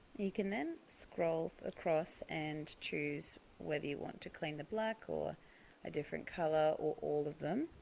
you can then scroll across and choose whether you want to clean the black or a different color or all of them